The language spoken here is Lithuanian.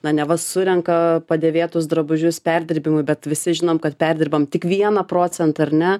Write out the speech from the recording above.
na neva surenka padėvėtus drabužius perdirbimui bet visi žinom kad perdirbam tik vieną procentą ar ne